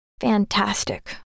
Fantastic